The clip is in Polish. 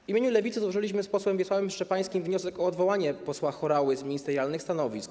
W imieniu Lewicy złożyliśmy z posłem Wiesławem Szczepańskim wniosek o odwołanie posła Horały z ministerialnych stanowisk.